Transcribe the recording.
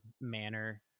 manner